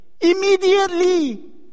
immediately